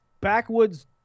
backwoods